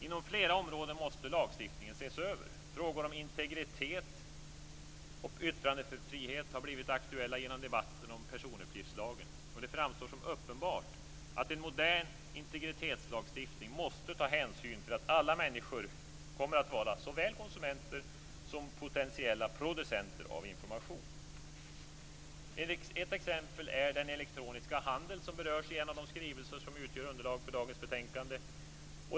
Inom flera områden måste lagstiftningen ses över. Frågor om integritet och yttrandefrihet har blivit aktuella genom debatten om personuppgiftslagen . Och det framstår som uppenbart att en modern integritetslagstiftning måste ta hänsyn till att alla människor kommer att vara såväl konsumenter som potentiella producenter av information. Ett exempel är den elektroniska handel som berörs i de skrivelser som utgör underlag för dagens betänkande.